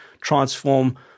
transform